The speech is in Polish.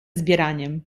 zbieraniem